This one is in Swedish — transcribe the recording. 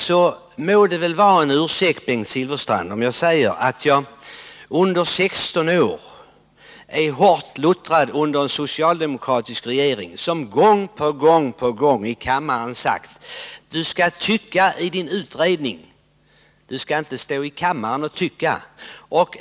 Det må väl vara en ursäkt om jag säger att jag är hårt luttrad av en socialdemokratisk regering som under 16 år gång på gång i kammaren sagt: Du skall inte stå i kammaren och tycka — det skall du göra i din utredning.